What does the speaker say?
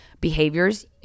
behaviors